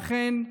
ואכן,